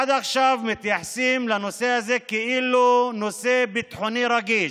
עד עכשיו מתייחסים לנושא הזה כאילו הוא נושא ביטחוני רגיש,